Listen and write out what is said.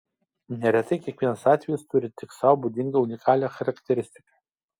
neretai kiekvienas atvejis turi tik sau būdingą unikalią charakteristiką